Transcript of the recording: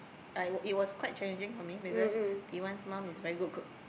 I was it was quite challenging for me because Iwan's mum is a very good cook